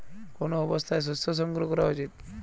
কোন অবস্থায় শস্য সংগ্রহ করা উচিৎ?